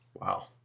wow